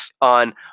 on